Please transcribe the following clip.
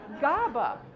GABA